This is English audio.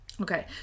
Okay